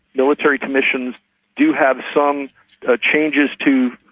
military commissions do have some ah changes to